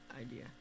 idea